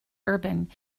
urban